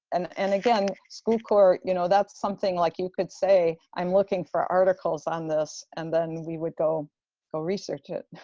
and and again school corps, you know, that's something like you could say, i'm looking for articles on this and then we would go go research it.